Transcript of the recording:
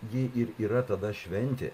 ji ir yra tada šventė